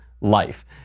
life